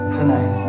tonight